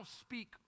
speak